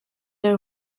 der